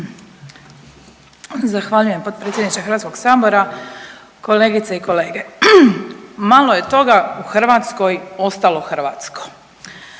Zahvaljujem potpredsjedniče HS-a, kolegice i kolege. Malo je toga u Hrvatskoj ostalo hrvatsko.